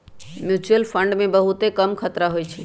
mutual fund मे बहुते कम खतरा होइ छइ